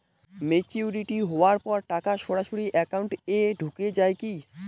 Maturity হওয়ার পর টাকা সরাসরি একাউন্ট এ ঢুকে য়ায় কি?